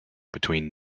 between